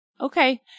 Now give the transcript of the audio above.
Okay